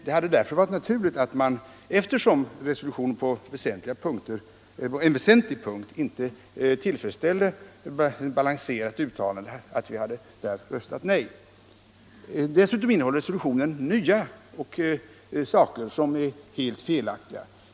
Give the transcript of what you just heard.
Det hade därför varit naturligt att vi, eftersom resolutionen på en väsentlig punkt inte tillfredställde kravet på ett balanserat uttalande, hade röstat nej. Dessutom innehåller resolutionen nya saker som är helt felaktiga.